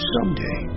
Someday